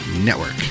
network